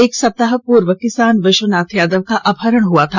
एक सप्ताह पूर्व किसान विश्वनाथ यादव का अपहरण हुआ था